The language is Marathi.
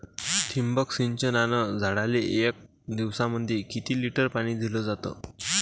ठिबक सिंचनानं झाडाले एक दिवसामंदी किती लिटर पाणी दिलं जातं?